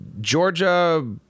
Georgia